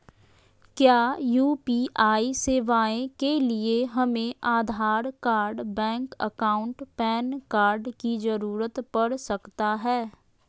क्या यू.पी.आई सेवाएं के लिए हमें Aadhaar card bank account PAN card की जरूरत पड़ सकता है?